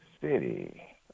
City